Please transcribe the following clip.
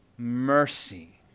Mercy